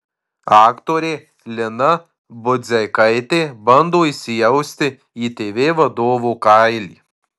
aktorė lina budzeikaitė bando įsijausti į tv vadovo kailį